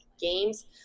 games